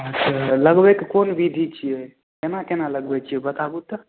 अच्छा लगबैके कोन बिधि छियै केना केना लगबै छियै बताबु तऽ